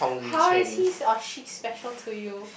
how is he or she special to you